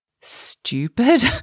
stupid